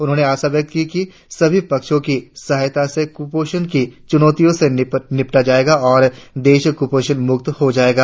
उन्होंने आशा व्यक्त की कि सभी पक्षों की सहायता से कुपोषण की चुनौतियों से निपटा जायेगा और देश कुपोषण मुक्त हो जायेगा